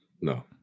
No